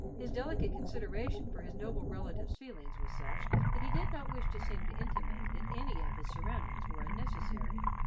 his delicate consideration for his noble relative's feelings was such that he did not wish to seem to intimate that any of his surroundings were unnecessary.